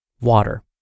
Water